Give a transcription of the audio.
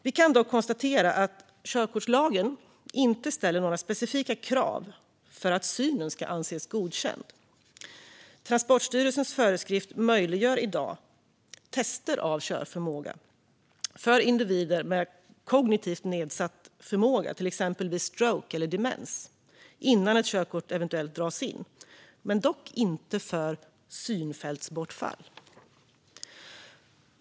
Vi kan dock konstatera att körkortslagen inte ställer några specifika krav på att synen ska anses godkänd. Transportstyrelsens föreskrift möjliggör i dag tester av körförmåga för individer med kognitivt nedsatt förmåga, till exempel vid stroke eller demens, innan ett körkort eventuellt dras in - dock inte för synfältsbortfall.